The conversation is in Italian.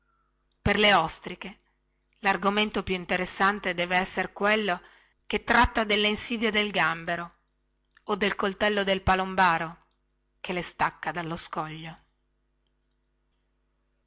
per le ostriche largomento più interessante deve esser quello che tratta delle insidie del gambero o del coltello del palombaro che le stacca dallo scoglio